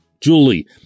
Julie